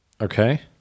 Okay